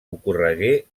ocorregué